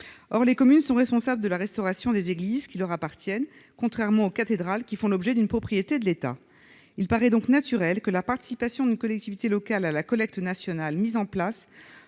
Or les communes sont responsables de la restauration des églises qui leur appartiennent, contrairement aux cathédrales, propriété de l'État. Il paraît donc naturel que la participation de nos collectivités locales à la collecte nationale mise en place